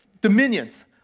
dominions